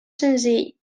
senzill